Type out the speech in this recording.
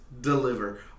deliver